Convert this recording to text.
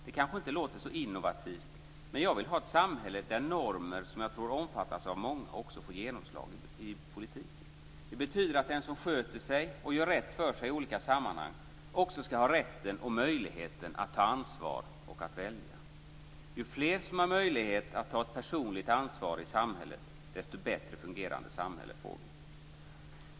Det kanske inte låter så innovativt, men jag vill ha ett samhälle där normer som jag tror omfattas av många också får genomslag i politiken. Det betyder att den som sköter sig och gör rätt för sig i olika sammanhang också ska ha rätten och möjligheten att ta ansvar och att välja. Ju fler som har möjlighet att ta ett personligt ansvar i samhället, desto bättre fungerande samhälle får vi.